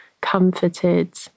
comforted